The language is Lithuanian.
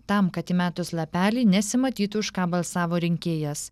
tam kad įmetus lapelį nesimatytų už ką balsavo rinkėjas